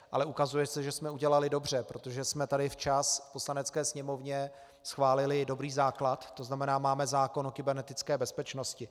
Ale ukazuje se, že jsme udělali dobře, protože jsme tady včas v Poslanecké sněmovně schválili dobrý základ, to znamená, máme zákon o kybernetické bezpečnosti.